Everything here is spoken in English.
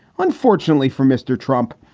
unfortunately for mr. trump,